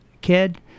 kid